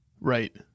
Right